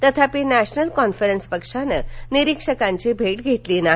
तथापि नक्सल कॉन्फरन्स पक्षानं निरीक्षकांची भे धेतली नाही